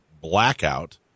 blackout